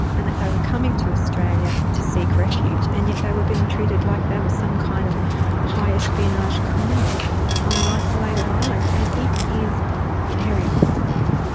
and that they were coming to australia to seek refuge, and yet they were being treated like they were some kind of high espionage criminals on an isolated island. and it is very isolated.